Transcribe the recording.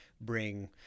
bring